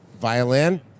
Violin